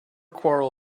quarrel